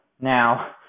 Now